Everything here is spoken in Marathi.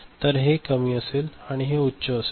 तर हे कमी असेल आणि हे उच्च असेल